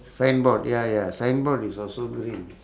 signboard ya ya signboard is also green